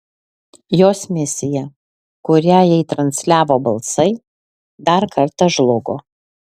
jos misija kurią jai transliavo balsai dar kartą žlugo